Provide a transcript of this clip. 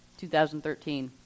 2013